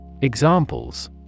Examples